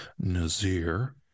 nazir